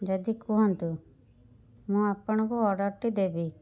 ଯଦି କୁହନ୍ତୁ ମୁଁ ଆପଣଙ୍କୁ ଅର୍ଡ଼ର୍ଟି ଦେବି